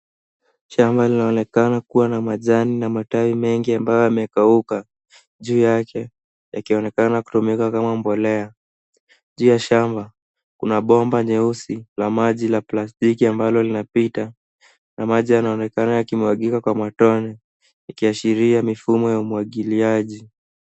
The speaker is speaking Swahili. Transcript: Shamba linaonekana kuwa na majani na matawi mengi amabayo iliokauka juu yake yakionekana kutumika kama mbolea juu ya shamba kuna pomba nyeusi na maji na plastiki ambalo linapita na maji yanaonekana yakimwakika kwa matone ikiashiria mfumo wa umwagiliaji.